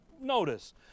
notice